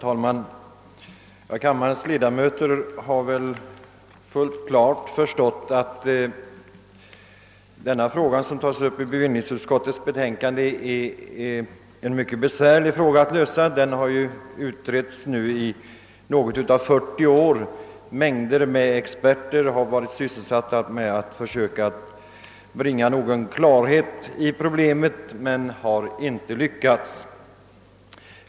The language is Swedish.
Herr talman! Kammarens ledamöter har väl fullt klart förstått att denna fråga är mycket besvärlig att lösa. Frågan har utretts i över 40 år och mängder av experter har varit sysselsatta med att försöka bringa någon klarhet i problemet, men man har misslyckats.